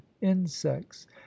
insects